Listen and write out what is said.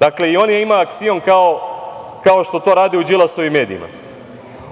dakle, i on ima aksiom, kao što to rade u Đilasovim medijima,